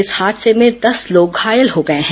इस हादसे में दस लोग घायल हो गए हैं